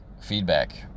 feedback